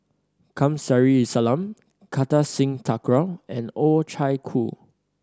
Kamsari Salam Kartar Singh Thakral and Oh Chai